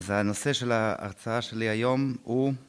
זה הנושא של ההרצאה שלי היום הוא